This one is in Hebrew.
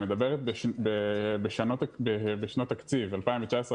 היא מדברת בשנות תקציב 2019,